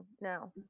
No